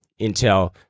Intel